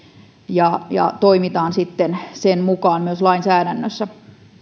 ja ja toimitaan sitten sen mukaan myös lainsäädännössä